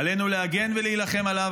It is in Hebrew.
ועלינו להגן ולהילחם עליו",